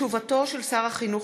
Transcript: תקצוב שנת שירות,